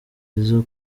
izo